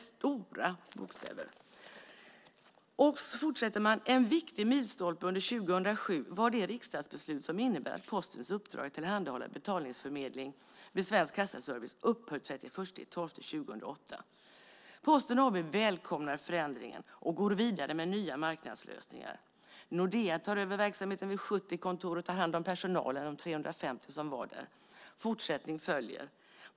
Sedan fortsätter man: En viktig milstolpe under 2007 var det riksdagsbeslut som innebär att Postens uppdrag att tillhandahålla betalningsförmedling vid Svensk Kassaservice upphör den 31 december 2008. Posten AB välkomnar förändringen och går vidare med nya marknadslösningar. Nordea tar över verksamheten vid 70 kontor och tar hand om personalen, de 350 som var där. Fortsättning följer.